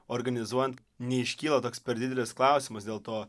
organizuojant neiškyla toks per didelis klausimas dėl to